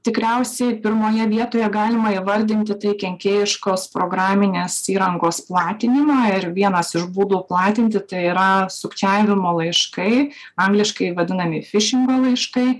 tikriausiai pirmoje vietoje galima įvardinti tai kenkėjiškos programinės įrangos platinimą ir vienas iš būdų platinti tai yra sukčiavimo laiškai angliškai vadinami fišingo laiškai